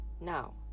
Now